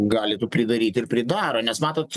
gali pridaryti ir pridaro nes matot